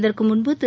இதற்கு முன்பு திரு